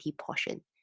portion